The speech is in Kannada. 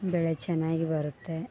ಬೆಳೆ ಚೆನ್ನಾಗಿ ಬರುತ್ತೆ